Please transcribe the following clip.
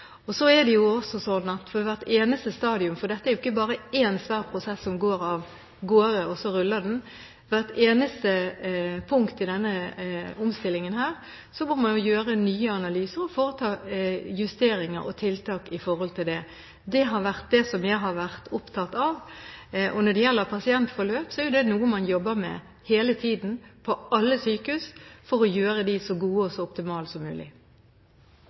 Så er det også sånn at for hvert stadium i denne omstillingen – for dette er ikke bare én svær prosess som går av gårde, og så ruller den – må man gjøre nye analyser og foreta justeringer og tiltak i forhold til det. Det har vært det som jeg har vært opptatt av. Når det gjelder pasientforløp, er det noe man jobber med hele tiden på alle sykehus for å gjøre dem så gode og så optimale som mulig.